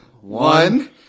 One